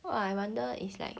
!wah! I wonder is like